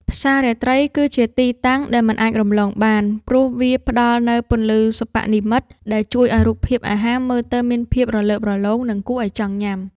ផ្សាររាត្រីគឺជាទីតាំងដែលមិនអាចរំលងបាន ព្រោះវាផ្ដល់នូវពន្លឺសិប្បនិម្មិតដែលជួយឱ្យរូបភាពអាហារមើលទៅមានភាពរលើបរលោង និងគួរឱ្យចង់ញ៉ាំ។